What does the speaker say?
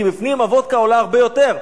כי בפנים הוודקה עולה הרבה יותר.